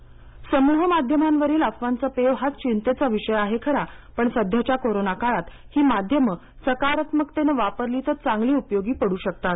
आवाज नायगाव नांदेड समूह माध्यमांवरील अफवांचं पेव हा चिंतेचा विषय आहे खरा पण सध्याच्या कोरोनाकाळात ही माध्यमं सकारात्मकतेनं वापरली तर चांगली उपयोगी पड् शकतात